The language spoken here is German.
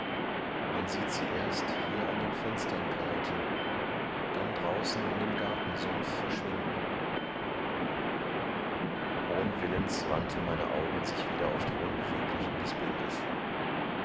man sieht sie erst hier an den fenstern gleiten dann draußen in dem gartensumpf verschwinden ohnwillens wandten meine augen sich wieder auf die unbeweglichen des bildes